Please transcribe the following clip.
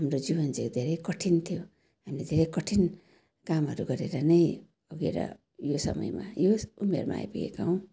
हाम्रो जीवन चाहिँ धेरै कठिन थियो हामीले धेरै कठिन कामहरू गरेर नै भोगेर यो समयमा यो उमेरमा आइपुगेका हौँ